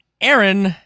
Aaron